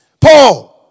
Paul